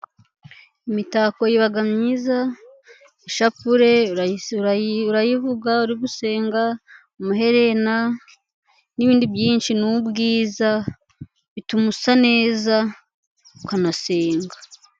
Imitako iba myiza, ishapure urayivuga uri gusenga, amaherena, n'ibindi byinshi ni ubwiza, bituma usa neza ukanasenga.